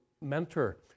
mentor